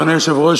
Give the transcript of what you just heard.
אדוני היושב-ראש,